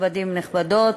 נכבדים ונכבדות,